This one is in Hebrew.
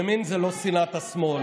ימין זה לא שנאת השמאל,